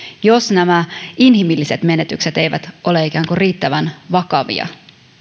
jos nämä inhimilliset menetykset eivät ole ikään kuin riittävän vakavia